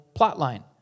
plotline